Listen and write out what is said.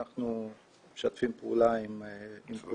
אנחנו משתפים פעולה עם כולם.